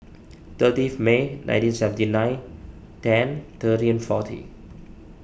thirtieth May nineteen seventy nine ten thirteen and forty